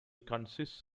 consists